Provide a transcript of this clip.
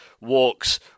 walks